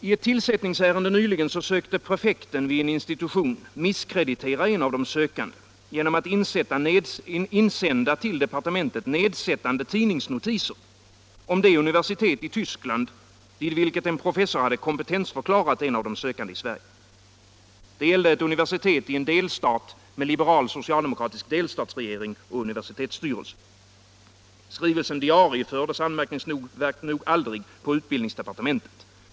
I ett tillsättningsärende nyligen sökte prefekten vid en institution misskreditera en av de sökande genom att till departementet insända nedsättande tidningsnotiser om det universitet i Tyskland, vid vilket en professor hade kompetentförklarat en sökande i Sverige. Det gällde ett universitet i en delstat med liberal-socialdemokratisk delstatsregering och universitetsstyrelse. Skrivelsen diariefördes anmärkningsvärt nog aldrig på utbildningsdepartementet.